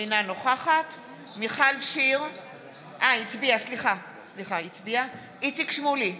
אינה נוכחת איציק שמולי,